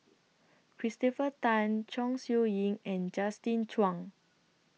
Christopher Tan Chong Siew Ying and Justin Zhuang